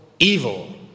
evil